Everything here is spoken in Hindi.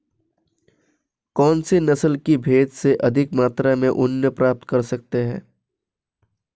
कौनसी नस्ल की भेड़ से अधिक मात्रा में ऊन प्राप्त कर सकते हैं?